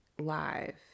live